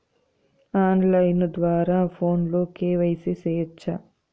on line ద్వారా ఫోనులో KYC సేయొచ్చా